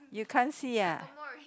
you can't see ah